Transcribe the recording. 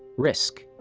risk.